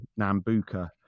Nambuka